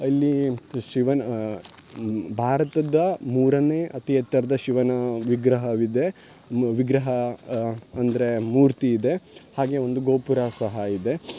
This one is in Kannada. ಇಲ್ಲಿ ಶಿವನ ಭಾರತದ ಮೂರನೇ ಅತಿ ಎತ್ತರದ ಶಿವನ ವಿಗ್ರಹವಿದೆ ಮು ವಿಗ್ರಹ ಅಂದರೆ ಮೂರ್ತಿಯಿದೆ ಹಾಗೆ ಒಂದು ಗೋಪುರ ಸಹ ಇದೆ